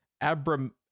Abram